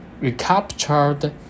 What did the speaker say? recaptured